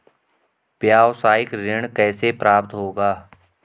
व्यावसायिक ऋण कैसे प्राप्त होगा?